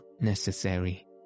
necessary